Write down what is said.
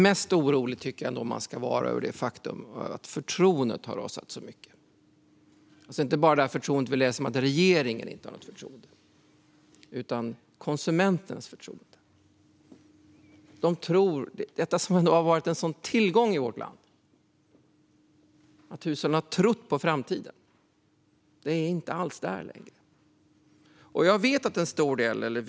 Mest orolig tycker jag dock att man ska vara över att förtroendet har rasat så mycket. Det är inte bara att det inte finns något förtroende för regeringen, vilket vi läser om. Det handlar också om konsumentens förtroende. Att hushållen har trott på framtiden har varit en tillgång i vårt land. Det finns inte alls längre.